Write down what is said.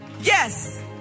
Yes